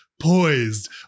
poised